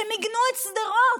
שמיגנו את שדרות.